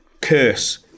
Curse